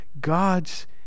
God's